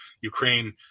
Ukraine